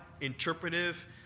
interpretive